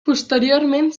posteriorment